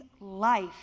life